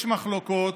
יש מחלוקות.